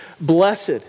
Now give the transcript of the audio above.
Blessed